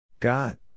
God